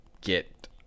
get